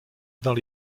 dans